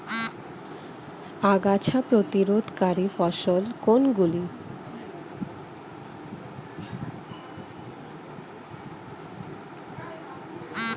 আগাছা প্রতিরোধকারী ফসল কোনগুলি?